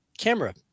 camera